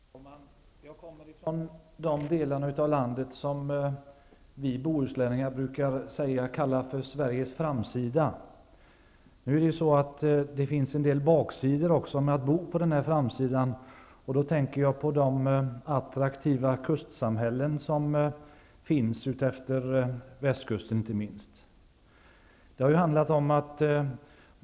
Herr talman! Jag kommer från den del av landet som vi bohuslänningar brukar kalla Sveriges framsida. Det finns en del baksidor med att bo på den framsidan. Jag tänker då på de attraktiva kustsamhällen som finns, inte minst utefter västkusten.